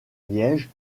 liège